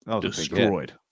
Destroyed